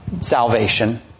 salvation